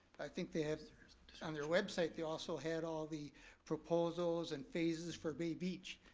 think they have on their website, they also had all the proposals and phases for bay beach.